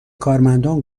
کارمندان